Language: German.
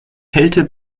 kälte